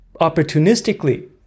opportunistically